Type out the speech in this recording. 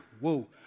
Whoa